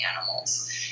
animals